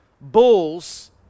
bulls